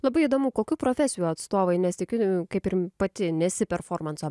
labai įdomu kokių profesijų atstovai nes juk kaip ir pati nesi performanso